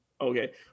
Okay